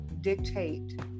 dictate